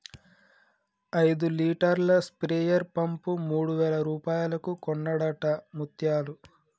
ఐదు లీటర్ల sprayer pump మూడు వేల రూపాయలకు కొన్నడట ముత్యాలు